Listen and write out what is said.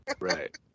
Right